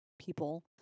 people